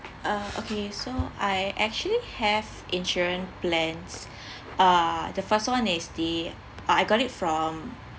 uh okay so I actually have insurance plans uh the first one is the I I got it from